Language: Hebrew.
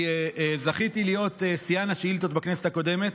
אני זכיתי להיות שיאן השאילתות בכנסת הקודמת,